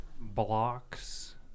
blocks